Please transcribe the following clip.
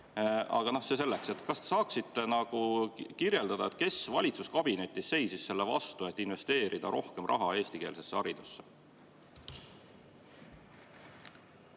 Aga see selleks. Kas te saaksite kirjeldada, kes valitsuskabinetis seisis selle vastu, et investeerida rohkem raha eestikeelsesse haridusse?